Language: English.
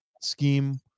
scheme